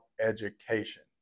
education